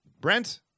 Brent